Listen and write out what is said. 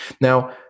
Now